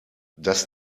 das